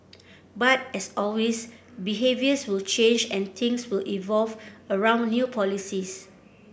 but as always behaviours will change and things will evolve around new policies